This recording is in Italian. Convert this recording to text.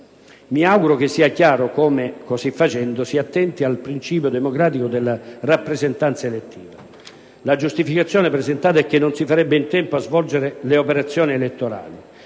Mi auguro sia chiaro come, così facendo, si attenti al principio democratico della rappresentanza elettiva. La giustificazione presentata è che non si farebbe in tempo a svolgere le operazioni elettorali.